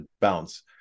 bounce